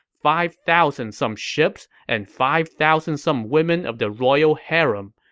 five thousand some ships, and five thousand some women of the royal harem,